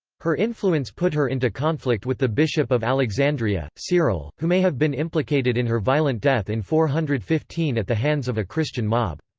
her influence put her into conflict with the bishop of alexandria, cyril, who may have been implicated in her violent death in four hundred and fifteen at the hands of a christian mob.